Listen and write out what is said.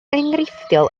enghreifftiol